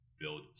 build